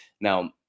Now